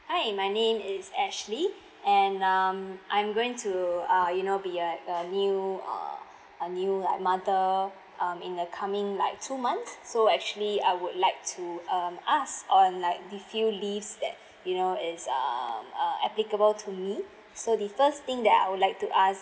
hi my name is ashley and um I'm going to uh you know be a a new uh a new I mean mother um in a coming like two months so actually I would like to um ask on like the few leaves that you know is um uh applicable to me so the first thing that I would like to ask